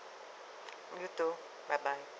you too bye bye